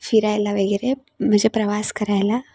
फिरायला वगैरे म्हणजे प्रवास करायला